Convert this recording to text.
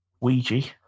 Ouija